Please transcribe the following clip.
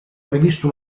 previsto